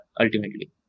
ultimately